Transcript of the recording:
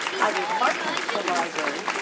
i would march into the library,